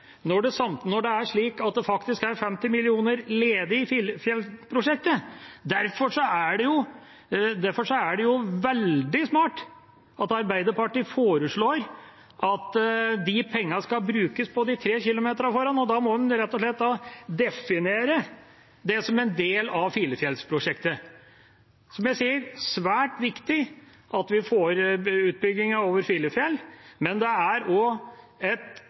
når det faktisk er 50 mill. kr ledig i Filefjell-prosjektet. Derfor er det veldig smart at Arbeiderpartiet foreslår at disse pengene skal brukes på de 3 km. Da må en rett og slett definere det som en del av Filefjell-prosjektet. Som jeg sier, er det svært viktig at vi får utbyggingen over Filefjell, men det er også et